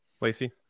Lacey